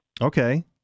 Okay